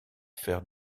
faire